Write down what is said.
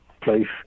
place